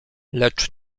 lecz